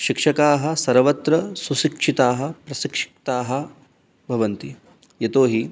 शिक्षकाः सर्वत्र सुशिक्षिताः प्रशिक्षिताः भवन्ति यतोऽहि